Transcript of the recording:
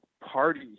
party